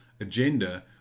agenda